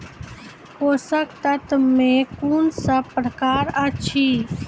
पोसक तत्व मे कून सब प्रकार अछि?